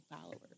followers